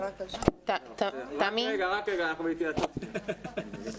רק רגע, אנחנו בהתייעצות.